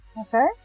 okay